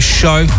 show